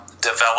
develop